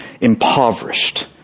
impoverished